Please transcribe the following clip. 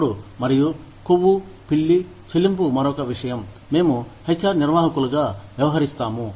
అప్పుడు మరియు కొవ్వు పిల్లి చెల్లింపు మరొక విషయం మేము హెచ్ఆర్ నిర్వాహకులుగా వ్యవహరిస్తాము